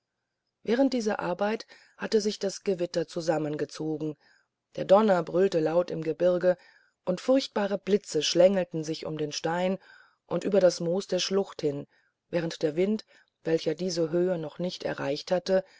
während dieser arbeit hatte sich das gewitter zusammengezogen der donner brüllte laut im gebirge und furchtbare blitze schlängelten sich um den stein und über das moos der schlucht hin während der wind welcher diese höhe noch nicht erreicht hatte